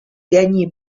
gagner